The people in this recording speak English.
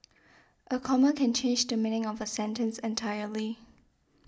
a comma can change the meaning of a sentence entirely